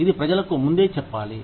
ఇది ప్రజలకు ముందే చెప్పాలి